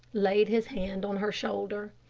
laid his hand on her shoulder,